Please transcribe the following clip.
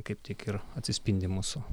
kaip tik ir atsispindi mūsų